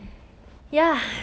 I wanted to visit like